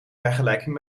vergelijking